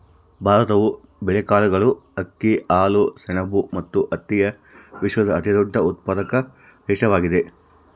ಭಾರತವು ಬೇಳೆಕಾಳುಗಳು, ಅಕ್ಕಿ, ಹಾಲು, ಸೆಣಬು ಮತ್ತು ಹತ್ತಿಯ ವಿಶ್ವದ ಅತಿದೊಡ್ಡ ಉತ್ಪಾದಕ ದೇಶವಾಗಿದೆ